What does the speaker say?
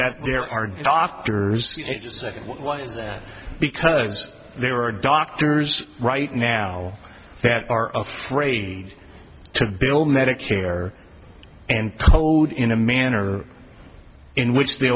that there are doctors why is that because there are doctors right now that are afraid to bill medicare and code in a manner in which the